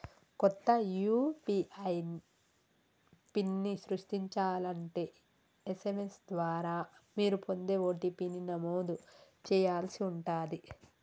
కొత్త యూ.పీ.ఐ పిన్ని సృష్టించాలంటే ఎస్.ఎం.ఎస్ ద్వారా మీరు పొందే ఓ.టీ.పీ ని నమోదు చేయాల్సి ఉంటాది